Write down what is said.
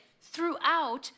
throughout